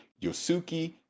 Yosuke